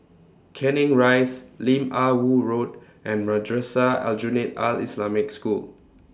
Canning Rise Lim Ah Woo Road and Madrasah Aljunied Al Islamic School